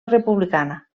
republicana